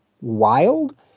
wild